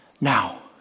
Now